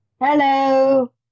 hello